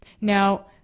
Now